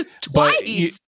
twice